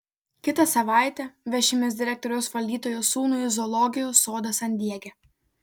kitą savaitę vešimės direktoriaus valdytojo sūnų į zoologijos sodą san diege